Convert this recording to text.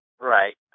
Right